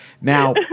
Now